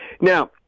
Now